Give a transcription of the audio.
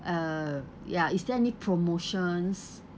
uh ya is there any promotions